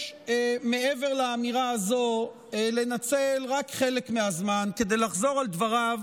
מעבר לאמירה הזו אני אבקש לנצל רק חלק מהזמן כדי לחזור על דבריו